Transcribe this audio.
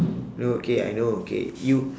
no okay I know okay you